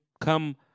come